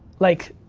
like,